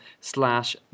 slash